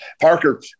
Parker